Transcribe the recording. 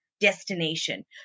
destination